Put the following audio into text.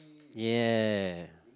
ya